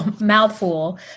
mouthful